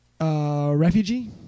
Refugee